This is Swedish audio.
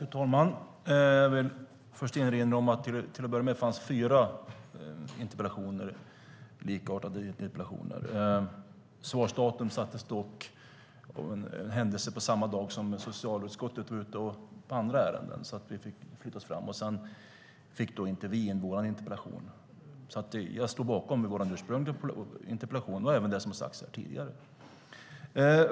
Fru talman! Jag vill först erinra om att det till att börja med fanns fyra likartade interpellationer. Svarsdatum sattes dock av en händelse till samma dag som socialutskottet var ute på andra ärenden, så det fick skjutas fram. Sedan fick vi inte in vår interpellation. Jag står bakom vår ursprungliga interpellation och även det som har sagts här tidigare.